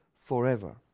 forever